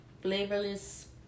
flavorless